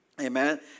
Amen